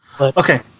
okay